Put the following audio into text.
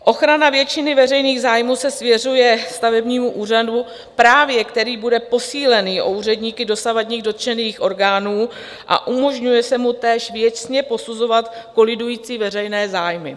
Ochrana většiny veřejných zájmů se svěřuje stavebnímu úřadu, právě který bude posílený o úředníky dosavadních dotčených orgánů, a umožňuje se mu též věcně posuzovat kolidující veřejné zájmy.